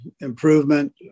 improvement